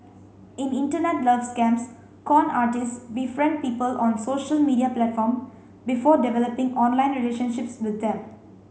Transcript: in Internet love scams con artists befriend people on social media platform before developing online relationships with them